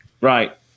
Right